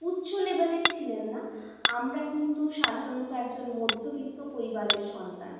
উচ্চ লেবেলের ছিলেন না আমরা কিন্তু সাধারণত একজন মধ্যবিত্ত পরিবারের সন্তান